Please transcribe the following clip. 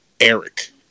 Eric